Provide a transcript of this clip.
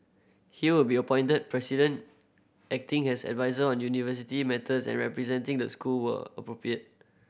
he will be appointed President acting as adviser on university matters and representing the school where appropriate